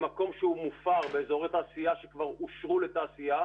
במקום שהוא מופר באזורי תעשייה שכבר אושרו לתעשייה.